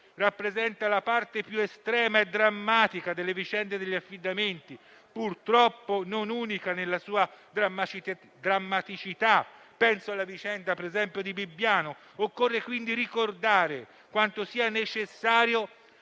rappresenta la parte più estrema e drammatica delle vicende degli affidamenti - purtroppo non unica nella sua drammaticità, penso ad esempio alla vicenda di Bibbiano - occorre ricordare quanto sia necessario